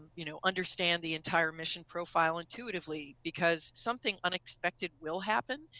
you know, understand the entire mission program file intuitively because something unexpected will happen,